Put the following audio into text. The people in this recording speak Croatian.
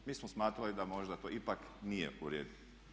Mi smo smatrali da možda to ipak nije u redu.